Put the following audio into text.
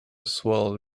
swell